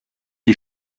die